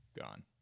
gone